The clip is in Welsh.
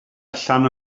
allan